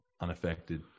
unaffected